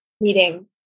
meeting